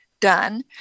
done